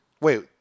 Wait